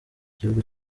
igihugu